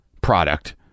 product